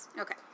Okay